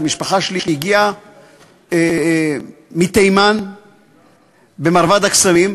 המשפחה שלי הגיעה מתימן ב"מרבד הקסמים".